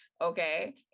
okay